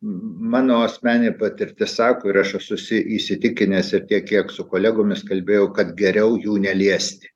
mano asmeninė patirtis sako ir aš esu įsitikinęs ir tiek kiek su kolegomis kalbėjau kad geriau jų neliesti